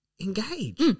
engage